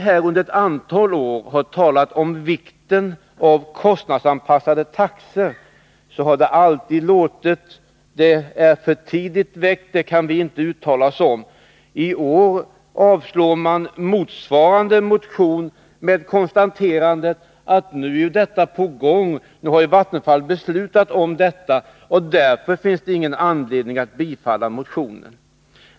När vi under ett antal år har talat om vikten av kostnadsanpassade eltaxor har vi alltid fått höra att frågan är för tidigt väckt. Den frågan kan vi här i riksdagen inte uttala oss om. T år avslår man motsvarande motion med konstaterandet att detta nu är på väg att införas. Vattenfall har beslutat införa sådana taxor. Därför finns det ingen anledning att bifalla motionen.